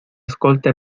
escolta